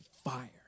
fire